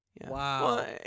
Wow